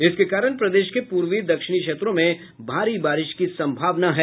इसके कारण प्रदेश के पूर्वी दक्षिण क्षेत्रों में भारी बारिश की सम्भावना है